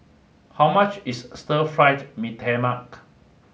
how much is Stir Fried Mee Tai Mak